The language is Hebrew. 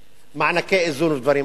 מענקי איזון ודברים אחרים,